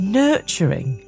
nurturing